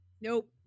Nope